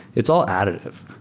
it's all additive.